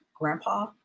grandpa